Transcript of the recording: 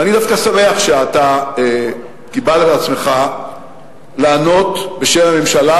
אני דווקא שמח שאתה קיבלת על עצמך לענות בשם הממשלה,